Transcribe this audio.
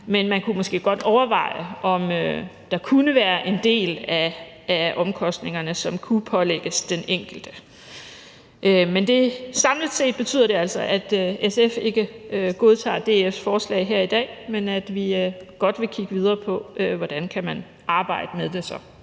men man kunne måske godt overveje, om der kunne være en del af omkostningerne, som kunne pålægges den enkelte. Samlet set betyder det altså, at SF ikke godtager DF's forslag her i dag, men at vi godt vil kigge videre på, hvordan man kan arbejde med det.